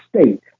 State